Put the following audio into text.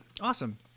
Awesome